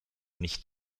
nicht